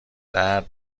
درد